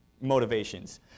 motivations